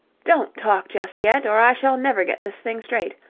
don't talk just yet, or i shall never get this thing straight.